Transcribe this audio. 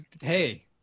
hey